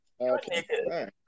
Okay